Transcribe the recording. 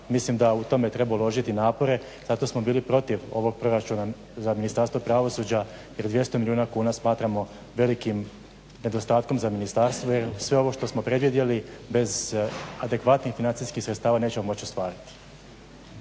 Mislim da u tome treba uložiti napore. Zato smo bili protiv ovog proračuna za Ministarstvo pravosuđa jer 200 milijuna kuna smatramo velikim nedostatkom za ministarstvo jer sve ovo što smo predvidjeli bez adekvatnih financijskih sredstava nećemo moći ostvariti.